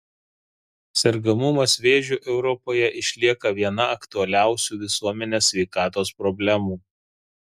sergamumas vėžiu europoje išlieka viena aktualiausių visuomenės sveikatos problemų